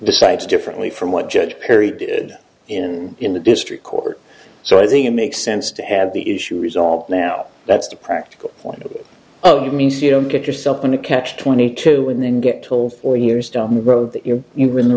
decides differently from what judge perry did in the in the district court so i think it makes sense to have the issue resolved now that's the practical point means you don't get yourself in a catch twenty two and then get told four years down the road that you're you're in the